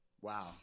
wow